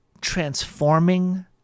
transforming